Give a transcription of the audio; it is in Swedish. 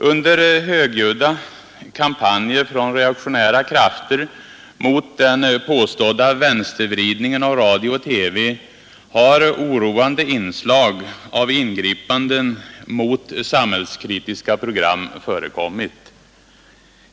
Under högljudda kampanjer från reaktionära krafter mot den påstådda ”vänstervridningen” av radio/TV har oroande inslag av ingripanden mot samhällkritiska program förekommit.